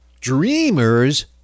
dreamers